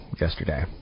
yesterday